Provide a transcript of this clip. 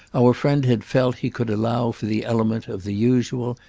our friend had felt he could allow for the element of the usual,